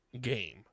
game